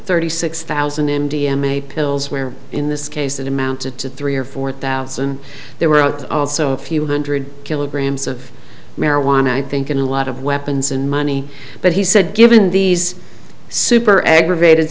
thirty six thousand m d m a pills where in this case it amounted to three or four thousand there were also a few hundred kilograms of marijuana i think in a lot of weapons and money but he said given these super aggravated